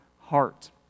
heart